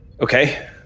Okay